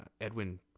Edwin